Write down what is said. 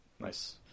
nice